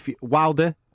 Wilder